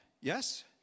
Yes